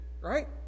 right